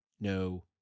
No